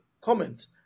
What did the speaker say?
comment